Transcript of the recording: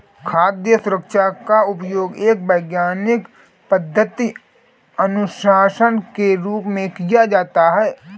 खाद्य सुरक्षा का उपयोग एक वैज्ञानिक पद्धति अनुशासन के रूप में किया जाता है